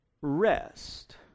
rest